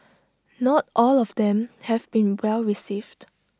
not all of them have been well received